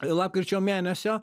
lapkričio mėnesio